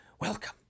Welcome